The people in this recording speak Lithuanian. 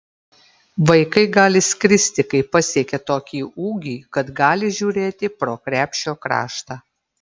vaikai gali skristi kai pasiekia tokį ūgį kad gali žiūrėti pro krepšio kraštą